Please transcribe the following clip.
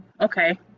Okay